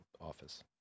office